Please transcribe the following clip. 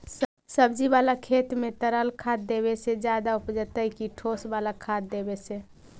सब्जी बाला खेत में तरल खाद देवे से ज्यादा उपजतै कि ठोस वाला खाद देवे से?